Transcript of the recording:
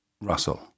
Russell